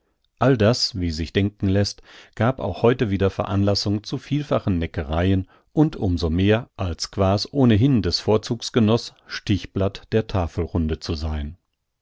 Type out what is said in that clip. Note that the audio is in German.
all das wie sich denken läßt gab auch heute wieder veranlassung zu vielfachen neckereien und um so mehr als quaas ohnehin des vorzugs genoß stichblatt der tafelrunde zu sein